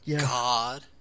God